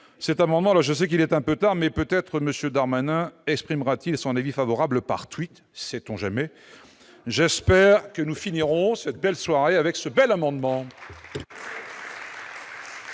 de finances. Je sais qu'il est un peu tard, mais peut-être M. Darmanin exprimera-t-il son avis favorable par un nouveau tweet, sait-on jamais ? J'espère que nous finirons cette belle soirée en adoptant ce bel amendement.